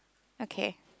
okay